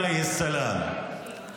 עליו השלום.